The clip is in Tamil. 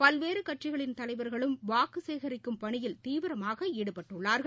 பல்வேறுகட்சிகளின் தலைவர்களும் வாக்குசேகரிக்கும் பணியில் தீவிரமாகாடுபட்டுள்ளார்கள்